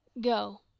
Go